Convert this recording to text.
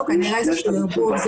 יש פה כנראה איזשהו ערבוב.